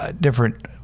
different